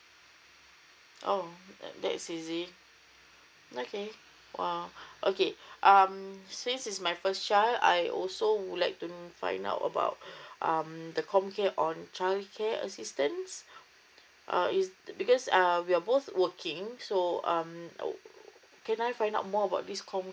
oh that's easy okay !wow! okay um so this is my first child I also would like to find out about um the comcare on childcare assistance uh is because um we're both working so um can I find out more about this com